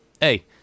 hey